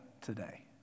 today